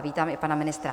Vítám i pana ministra.